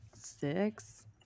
six